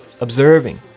observing